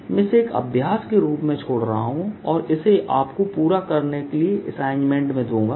मैं इसे एक अभ्यास के रूप में छोड़ रहा हूं और इसे आपको पूरा करने के लिए असाइनमेंट में दूंगा